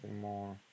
more